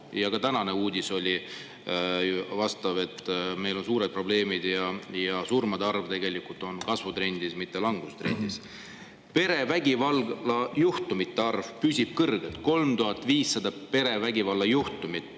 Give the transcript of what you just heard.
ja ka tänane uudis oli ju vastav, et meil on suured probleemid ja surmade arv on kasvutrendis, mitte langustrendis. Perevägivallajuhtumite arv püsib kõrge: 3500 perevägivallajuhtumit.